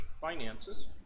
finances